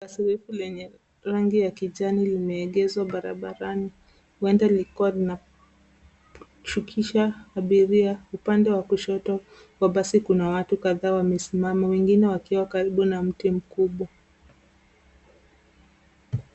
Basi refu lenye rangi ya kijani limeegezwa barabarani. Huenda lilikuwa linashukisha abiria. Upande wa kushoto wa basi kuna watu kadhaa wamesimama, wengine wakiwa karibu na mti mkubwa.